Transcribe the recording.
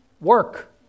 work